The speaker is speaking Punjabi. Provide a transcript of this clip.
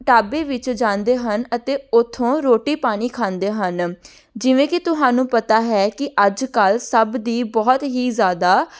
ਢਾਬੇ ਵਿੱਚ ਜਾਂਦੇ ਹਨ ਅਤੇ ਉੱਥੋਂ ਰੋਟੀ ਪਾਣੀ ਖਾਂਦੇ ਹਨ ਜਿਵੇਂ ਕਿ ਤੁਹਾਨੂੰ ਪਤਾ ਹੈ ਕਿ ਅੱਜ ਕੱਲ੍ਹ ਸਭ ਦੀ ਬਹੁਤ ਹੀ ਜ਼ਿਆਦਾ